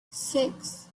six